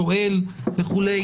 שואל וכולי,